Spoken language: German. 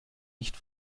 nicht